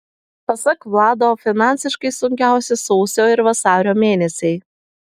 pasak vlado finansiškai sunkiausi sausio ir vasario mėnesiai